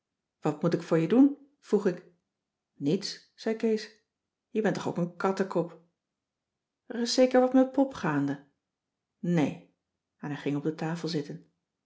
wat moet ik voor je doen vroeg ik niets zei kees je bent toch ook een kattekop er is zeker wat met pop gaande nee en hij ging op de tafel zitten